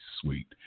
sweet